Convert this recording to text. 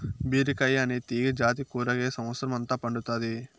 బీరకాయ అనే తీగ జాతి కూరగాయ సమత్సరం అంత పండుతాది